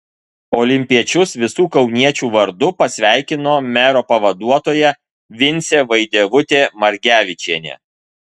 olimpiečius visų kauniečių vardu pasveikino mero pavaduotoja vincė vaidevutė margevičienė